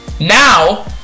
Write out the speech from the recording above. Now